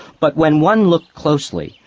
but when one looked closely,